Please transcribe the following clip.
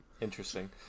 interesting